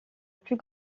plus